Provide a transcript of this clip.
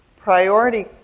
priority